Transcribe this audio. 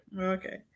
Okay